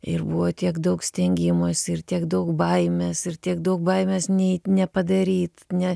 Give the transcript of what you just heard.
ir buvo tiek daug stengimosi ir tiek daug baimės ir tiek daug baimės nei nepadaryt ne